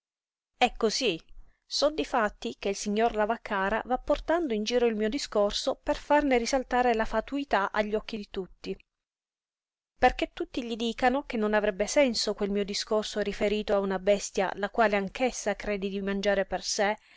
è cosí so difatti che il signor lavaccara va portando in giro il mio discorso per farne risaltare la fatuità agli occhi di tutti perché tutti gli dicano che non avrebbe senso quel mio discorso riferito a una bestia la quale anch'essa crede di mangiare per sé